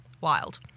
Wild